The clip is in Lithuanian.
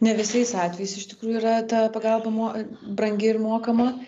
ne visais atvejais iš tikrųjų yra ta pagalba mo brangi ir mokama